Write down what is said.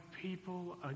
people